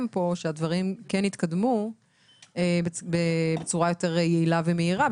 כאן שהדברים כן יתקדמו בצורה יותר יעילה ומהירה,